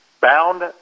bound